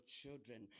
children